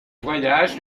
voyage